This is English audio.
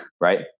right